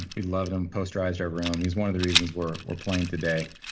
we loved him. post drives our room. he's one of the reasons we're we're playing today.